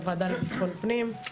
לוועדה לביטחון פנים,